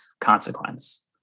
consequence